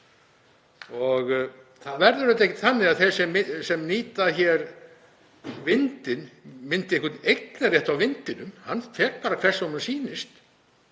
Það verður auðvitað ekki þannig að þeir sem nýta hér vindinn myndi einhvern eignarrétt á vindinum. Hann fer bara hvert sem honum sýnist.